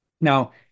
Now